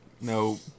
No